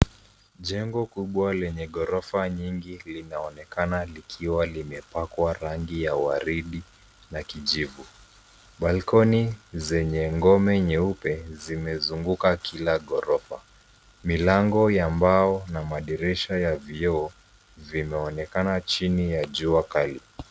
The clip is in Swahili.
Jengo kubwa lenye ghorofa nyingi linaonekana likiwa limepakwa rangi ya waridi na kijivu. Balcony zenye ngome nyeupe zimezunguka kila ghorofa. Milango ya mbao na madirisha ya vioo vimeonekana chini ya jua kali.